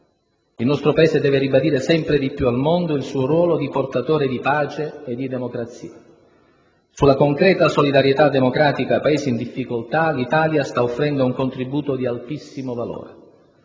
Il nostro Paese deve ribadire sempre di più al mondo il suo ruolo di portatore di pace e di democrazia. Sulla concreta solidarietà democratica ai Paesi in difficoltà l'Italia sta offrendo un contributo di altissimo valore.